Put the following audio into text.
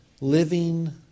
living